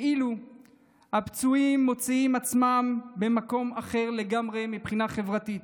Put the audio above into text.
ואילו הפצועים מוצאים עצמם במקום אחר לגמרי מבחינה חברתית.